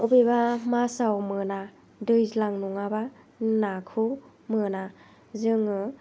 बबेबा मासाव मोना दैज्लां नङाबा नाखौ मोना जोङो